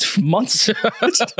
months